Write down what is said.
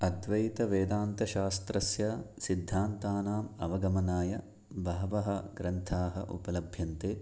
अद्वैतवेदान्तशास्त्रस्य सिद्धान्तानाम् अवगमनाय बहवः ग्रन्थाः उपलभ्यन्ते